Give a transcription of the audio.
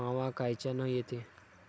मावा कायच्यानं येते?